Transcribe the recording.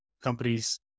companies